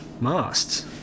Masts